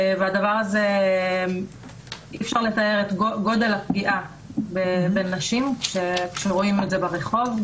אי אפשר לתאר את גודל הפגיעה בנשים כשרואים את זה ברחוב,